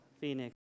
Phoenix